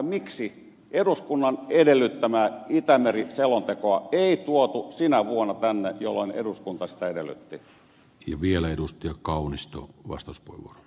miksi eduskunnan edellyttämää itämeri selontekoa ei tuotu sinä vuonna tänne jolloin eduskunta sitä edellytti ja vielä edusti kaunisto vastus puhua